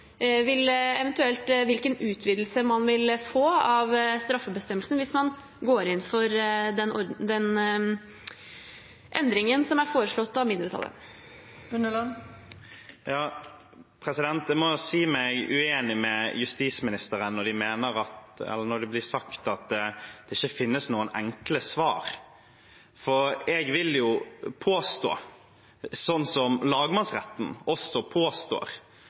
hvilken utvidelse man eventuelt vil få av straffebestemmelsen, hvis man går inn for den endringen som er foreslått av mindretallet. Jeg må si meg uenig med justisministeren når det blir sagt at det ikke finnes noen enkle svar. Jeg vil jo påstå, som lagmannsretten også påstår,